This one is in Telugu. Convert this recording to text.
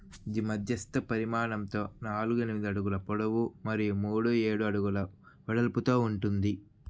ఇది మధ్యస్థ పరిమాణంతో నాలుగు ఎనిమిది అడుగుల పొడవు మరియు మూడు ఏడు అడుగుల వెడల్పుతో ఉంటుంది